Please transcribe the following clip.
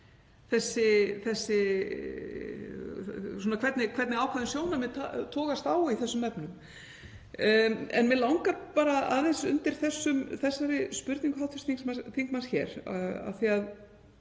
hvernig ákveðin sjónarmið togast á í þessum efnum. En mig langar bara aðeins undir þessari spurningu hv. þingmanns hér, af því að